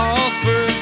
offer